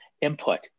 input